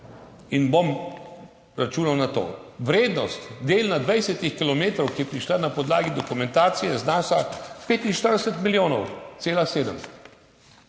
in bom računal na to. Vrednost del na 20 kilometrih, ki je prišla na podlagi dokumentacije, znaša 45,7 milijonov. Eden je